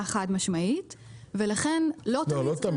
חד משמעית ולכן לא תמיד --- לא תמיד,